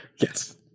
Yes